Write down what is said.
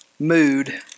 mood